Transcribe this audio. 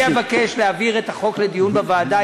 אני אבקש להעביר את החוק לדיון בוועדה,